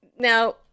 Now